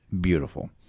beautiful